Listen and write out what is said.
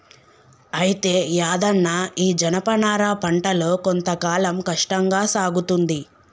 అయితే యాదన్న ఈ జనపనార పంటలో కొంత కాలం కష్టంగా సాగుతుంది